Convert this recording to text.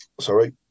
sorry